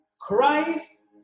Christ